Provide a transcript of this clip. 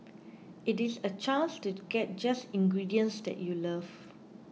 it is a chance to get just ingredients that you love